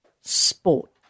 sport